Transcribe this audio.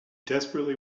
desperately